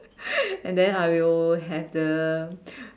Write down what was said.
and then I will have the